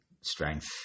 strength